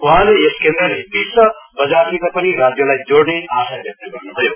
वहाँले यस केन्द्रको विश्व बजारसित पनि राज्यलाई जोड्ने आशा व्यक्त गर्न्भयो